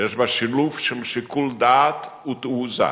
שיש בה שילוב של שיקול דעת ותעוזה.